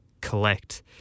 collect